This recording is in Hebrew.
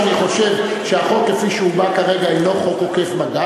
שאני חושב שהחוק כפי שהוא בא כרגע אינו חוק עוקף-בג"ץ,